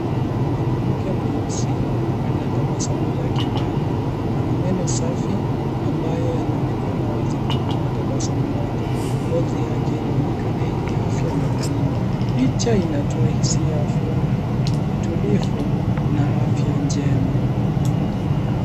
Mwanamke mweusi anatabasamu lake pana ana meno safi ambayo yanonekana wazi kutokana na tabasamu lake. Ngozi yake inaonekana yenye afya na laini. Picha inatoa hisia ya furaha, utulivu na afya njema.